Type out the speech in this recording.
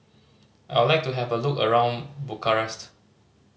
I would like to have a look around Bucharest